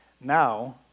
Now